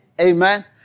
Amen